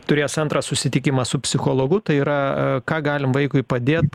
turės antrą susitikimą su psichologu tai yra ką galim vaikui padėt